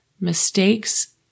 mistakes